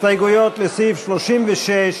הסתייגויות לסעיף 36,